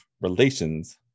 relations